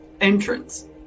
entrance